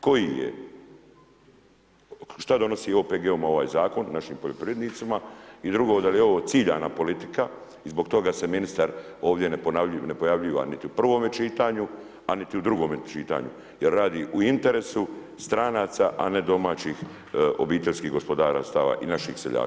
Koji je, što donosi OPG-om ovaj Zakon našim poljoprivrednicima i drugo, da li je ovo ciljana politika i zbog toga se ministar ovdje ne pojavljuje niti u prvome čitanju, a niti u drugome čitanju jer radi u interesu stranaca, a ne domaćih obiteljskih gospodarstava i naših seljaka.